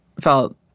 felt